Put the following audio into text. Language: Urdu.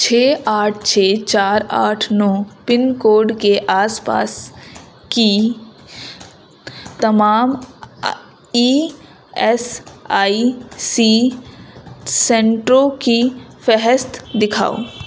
چھ آٹھ چھ چار آٹھ نو پن کوڈ کے آس پاس کی تمام ای ایس آئی سی سنٹروں کی فہست دکھاؤ